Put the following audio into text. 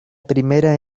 primera